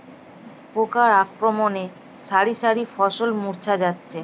পোকার আক্রমণে শারি শারি ফসল মূর্ছা যাচ্ছে